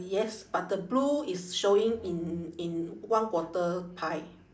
yes but the blue is showing in in one quarter pie